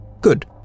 Good